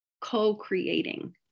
co-creating